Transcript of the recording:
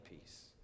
peace